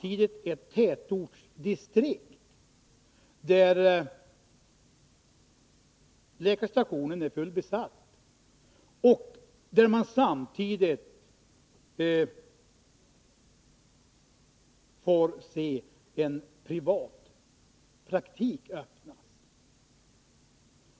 I ett tätortsdistrikt är läkarstationen fullbesatt, och samtidigt öppnas en privatpraktik.